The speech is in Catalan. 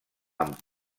amb